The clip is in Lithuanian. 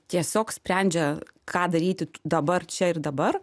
tiesiog sprendžia ką daryti dabar čia ir dabar